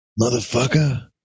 motherfucker